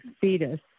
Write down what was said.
fetus